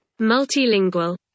Multilingual